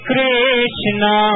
Krishna